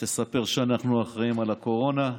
תספר שאנחנו אחראים לקורונה.